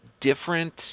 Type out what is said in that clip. different